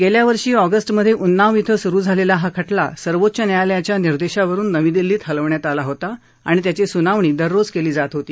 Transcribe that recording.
गेल्या वर्षी ऑगस्टमध्ये उन्नाव श्व सुरू झालेला हा खटला सर्वोच्च न्यायालयाच्या निर्देशावरुन नवी दिल्लीत हलवण्यात आला होता आणि त्याची सुनावणी दररोज केली जात होती